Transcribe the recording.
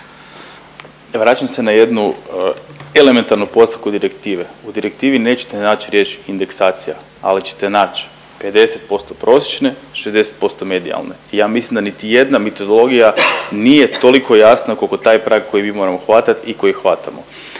Vraćam se na jednu elementarnu postavku direktive. U direktivi nećete naći riječ indeksacija, ali ćete naći 50% prosječne, 60% medijalne i ja mislim da niti jedna metodologija nije toliko jasna koliko taj prag koji mi moramo hvatat i koji hvatamo.